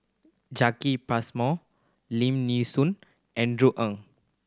Jacki Passmore Lim Nee Soon Andrew Ang